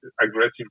aggressive